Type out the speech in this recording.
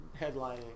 headlining